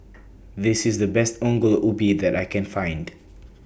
This IS The Best Ongol Ubi that I Can Find